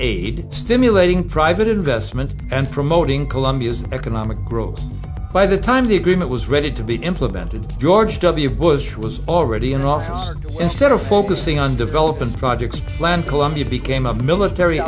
aid stimulating private investment and promoting colombia's economic growth by the time the agreement was ready to be implemented george w bush was already in office instead of focusing on developing projects plan colombia became a military